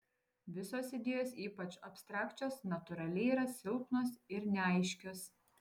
visos idėjos ypač abstrakčios natūraliai yra silpnos ir neaiškios